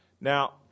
Now